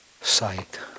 sight